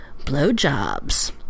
blowjobs